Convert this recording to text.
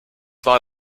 war